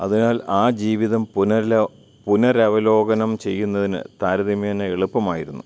അതിനാൽ ആ ജീവിതം പുനരവലോകനം ചെയ്യുന്നതിന് താരതമ്യേന എളുപ്പമായിരുന്നു